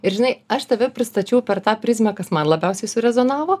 ir žinai aš tave pristačiau per tą prizmę kas man labiausiai surezonavo